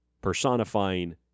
personifying